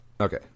Okay